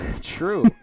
True